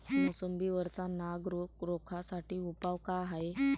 मोसंबी वरचा नाग रोग रोखा साठी उपाव का हाये?